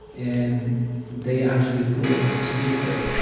and they actually put it on speaker,